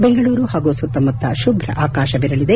ಬೆಂಗಳೂರು ಹಾಗೂ ಸುತ್ತಮುತ್ತ ಶುಭ್ರ ಆಕಾಶವಿರಲಿದೆ